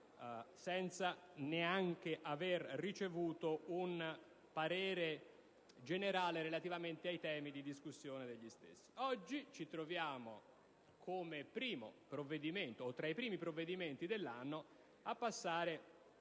senza neanche avere ricevuto un parere generale relativamente ai temi di discussione degli stessi. Oggi ci troviamo a discutere, come primo o comunque tra i primi provvedimenti dell'anno,